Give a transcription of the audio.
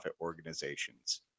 organizations